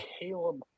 Caleb